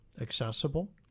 accessible